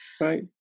right